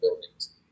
buildings